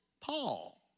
Paul